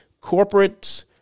Corporates